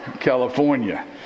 California